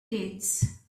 gates